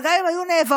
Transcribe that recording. אבל גם אם היו נעברות,